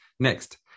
Next